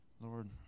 Lord